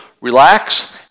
relax